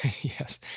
yes